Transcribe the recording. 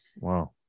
Wow